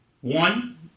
One